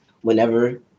whenever